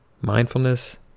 mindfulness